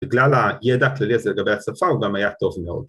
בגלל הידע הכללי הזה לגבי השפה הוא גם היה טוב מאוד